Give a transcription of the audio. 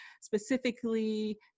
specifically